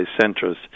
centres